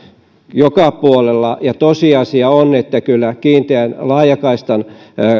joka puolella ja tosiasia on että kyllä kiinteän laajakaistan